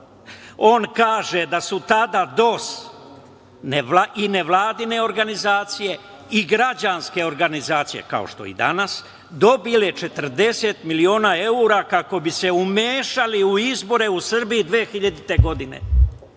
On kaže da su tada DOS i nevladine organizacije i građanske organizacije, kao što je i danas, dobili 40 miliona evra kako bi se umešali u izbore u Srbiji 2000. godine.